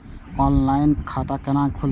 Online खाता केना खुलते?